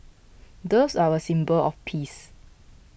doves are a symbol of peace